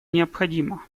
необходимо